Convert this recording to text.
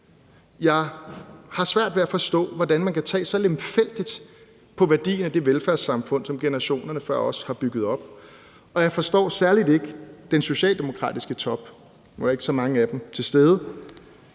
Jeg har svært ved at forstå, hvordan man kan tage så lemfældigt på værdien af det velfærdssamfund, som generationerne før os har bygget op, og jeg forstår særlig ikke den socialdemokratiske top – nu er der ikke så mange af dem til stede.